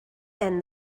and